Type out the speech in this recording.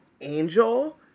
angel